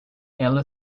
ela